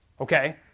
Okay